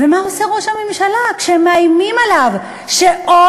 ומה עושה ראש הממשלה כשמאיימים עליו שאוי